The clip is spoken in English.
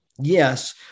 Yes